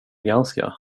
ganska